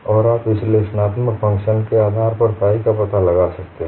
और आप विश्लेषणात्मक फंक्शन्स के आधार पर फाइ का पता लगा सकते हैं